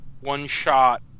one-shot